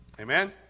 Amen